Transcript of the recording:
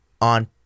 on